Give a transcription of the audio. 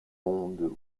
monde